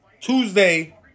Tuesday